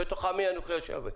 "בתוך עמי אנוכי יושבת".